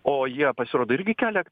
o jie pasirodo irgi kelia